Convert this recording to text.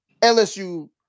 LSU